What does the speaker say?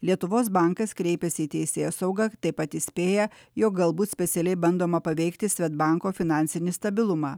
lietuvos bankas kreipėsi į teisėsaugą taip pat įspėja jog galbūt specialiai bandoma paveikti svedbanko finansinį stabilumą